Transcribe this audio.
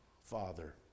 Father